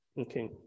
okay